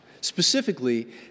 specifically